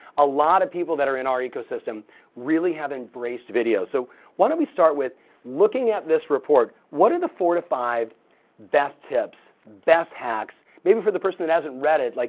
a lot of people that are in our ecosystem really have embraced video. so why don't we start with looking at this report, what are the four to five best tips, best hacks maybe for the person that hasn't read it. like